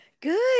Good